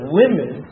women